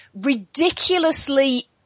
ridiculously